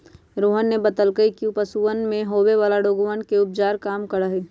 रोहन ने बतल कई कि ऊ पशुवन में होवे वाला रोगवन के उपचार के काम करा हई